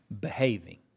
behaving